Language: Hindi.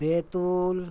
बैतूल